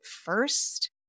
first